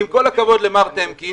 עם כל הכבוד למר טמקין